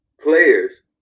players